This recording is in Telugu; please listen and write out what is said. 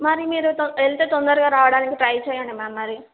మరి మీరు తొం వెళ్తే తొందరగా రావటానికి ట్రై చేయండి మ్యామ్ మరి